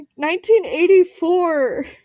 1984